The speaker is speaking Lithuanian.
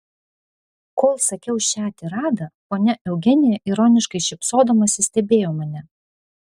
kol sakiau šią tiradą ponia eugenija ironiškai šypsodamasi stebėjo mane